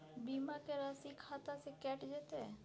बीमा के राशि खाता से कैट जेतै?